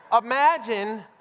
Imagine